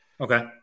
Okay